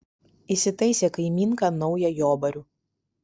įsitaisė kaimynka naują jobarių